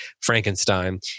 Frankenstein